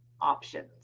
options